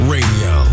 Radio